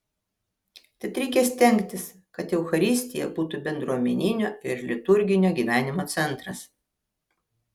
tad reikia stengtis kad eucharistija būtų bendruomeninio ir liturginio gyvenimo centras